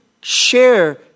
share